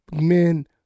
men